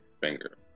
finger